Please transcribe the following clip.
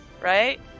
right